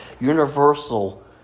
universal